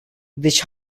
deci